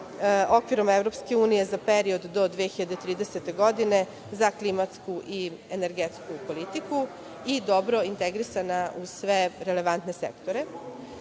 okvirom EU za period do 2030. godine za klimatsku i energetsku politiku i dobro integrisana u sve relevantne sektore. Veliki